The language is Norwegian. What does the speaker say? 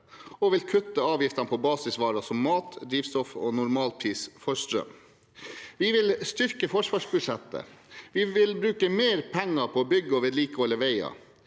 og vil kutte avgiftene på basisvarer som mat, drivstoff og normalpris for strøm. Vi vil styrke forsvarsbudsjettet. Vi vil bruke mer penger på å bygge og vedlikeholde veier.